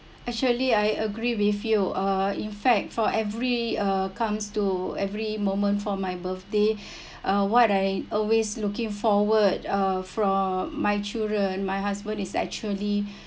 actually I agree with you uh in fact for every uh comes to every moment for my birthday uh what I always looking forward uh from my children and my husband is actually